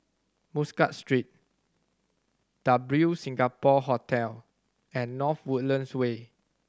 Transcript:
Muscat Street W Singapore Hotel and North Woodlands Way